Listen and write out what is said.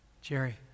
Jerry